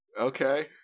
okay